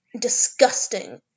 disgusting